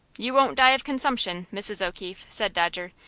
you won't die of consumption, mrs. o'keefe, said dodger.